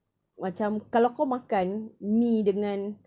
macam kalau kau makan mi dengan